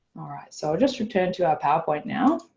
alright so i'll just return to our powerpoint now.